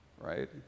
right